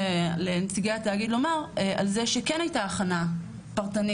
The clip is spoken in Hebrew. לנציגי התאגיד לומר על זה שכן הייתה הכנה פרטנית,